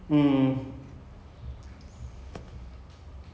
how to say that's the worst thing that happen till that point in time